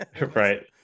Right